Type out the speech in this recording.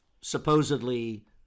supposedly